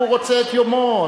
הוא רוצה את יומו.